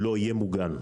לא יהיה מוגן.